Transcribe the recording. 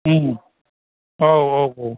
ओम औ औ औ